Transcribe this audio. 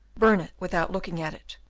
burn it without looking at it,